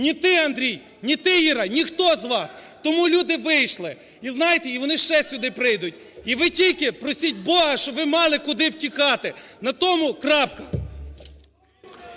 Ні ти, Андрій, ні ти, Іра – ніхто з вас! Тому люди вийшли. І знаєте, і вони ще сюди прийдуть. І ви тільки просіть Бога, щоб ви мали куди втікати. На тому крапка!